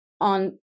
on